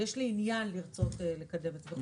יש לי עניין לרצות לקדם את הדברים.